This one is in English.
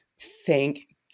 thank